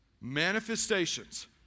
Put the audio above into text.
Manifestations